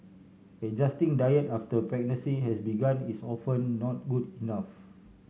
adjusting diet after a pregnancy has begun is often not good enough